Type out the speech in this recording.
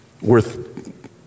worth